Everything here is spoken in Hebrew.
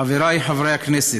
חבריי חברי הכנסת,